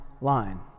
line